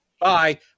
bye